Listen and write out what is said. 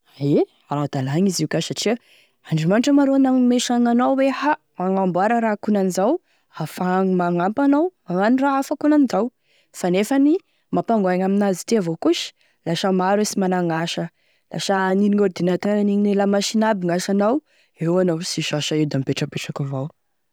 Ae ara-dalagny izy io ka satria Andriamanitra ma ro nagnome e saigny anao hoe a magnamboara raha akonan'izao, hafahagny manampy anao magnano raha hafa akonan'izao, fa nefa ny mampangoiaigny amin'azy ity avao koa sa lasa maro e sy managny asa, lasa anine ordinateur anine la machine aby gn'asanao eo anao sy misy asa eo da mipetrapetraky avao.